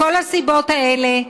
מכל הסיבות האלה,